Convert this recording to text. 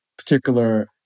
particular